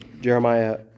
Jeremiah